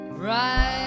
Right